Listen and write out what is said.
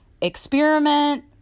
experiment